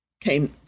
came